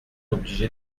obligé